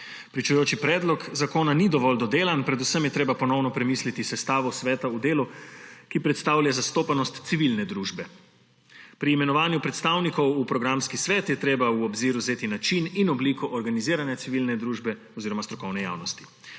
Pričujoči predlog zakona ni dovolj dodelan, predvsem je treba ponovno premisliti o sestavi sveta v delu, ki predstavlja zastopanost civilne družbe. Pri imenovanju predstavnikov v programski svet je treba v obzir vzeti način in obliko organizirane civilne družbe oziroma strokovne javnosti.